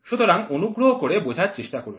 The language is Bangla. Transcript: সুতরাং অনুগ্রহ করে বোঝার চেষ্টা করুন